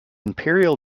imperial